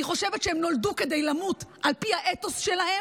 אני חושבת שהם נולדו כדי למות על פי האתוס שלהם.